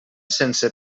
sense